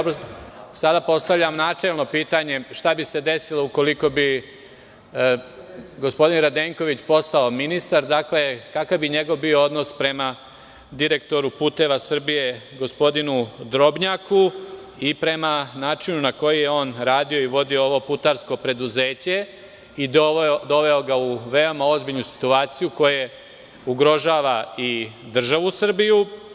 Sada postavljam načelno pitanje – šta bi se desilo ukoliko bi gospodin Radenković postao ministar, kakav bi njegov odnos bio prema direktoru "Puteva Srbije", gospodinu Drobnjaku i prema načinu na koji je on radio i vodio ovo putarsko preduzeće i doveo ga u veoma ozbiljnu situaciju koja ugrožava i državu Srbiju?